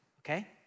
okay